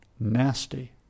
nasty